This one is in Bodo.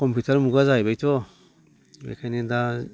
कम्पिउटार मुगा जाहैबायथ' बेनिखायनो दा